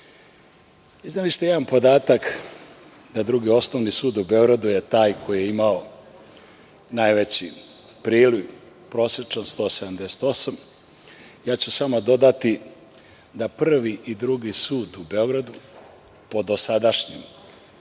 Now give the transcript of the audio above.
ste jedan podatak da Drugi osnovni sud u Beogradu je taj koji je imao najveći priliv, prosečno 178 predmeta. Ja ću samo dodati da Prvi i Drugi sud u Beogradu, po dosadašnjem